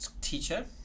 teacher